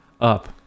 up